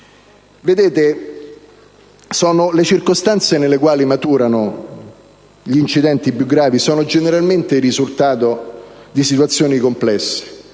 Le circostanze nelle quali maturano gli incidenti più gravi sono generalmente il risultato di situazioni complesse